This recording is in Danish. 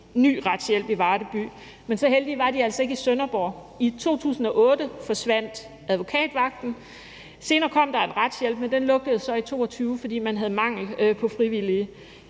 ny retshjælp i Varde by, men så heldige var de altså ikke i Sønderborg. I 2008 forsvandt advokatvagten, og senere kom der en retshjælp, men den lukkede så i 2022, fordi man havde mangel på frivillige,